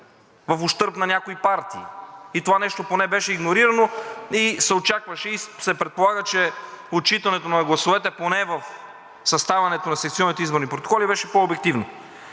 в ущърб на някои партии. И това нещо поне беше игнорирано и се очакваше, и се предполага, че отчитането на гласовете, поне в съставянето на секционните изборни протоколи, беше по-обективно.